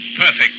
perfect